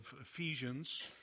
Ephesians